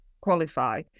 qualify